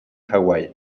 hawaii